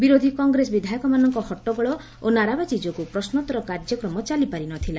ବିରୋଧୀ କଂଗ୍ରେସ ବିଧାୟକମାନଙ ହଟ୍ଟଗୋଳ ନାରାବାଜି ଯୋଗୁଁ ପ୍ରଶ୍ନୋତ୍ତର କାର୍ଯ୍ୟକ୍ରମ ଚାଲିପାରିନଥିଲା